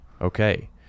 Okay